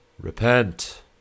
Repent